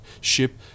ship